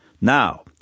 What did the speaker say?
Now